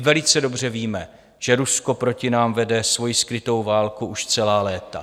Velice dobře víme, že Rusko proti nám vede svoji skrytou válku už celá léta.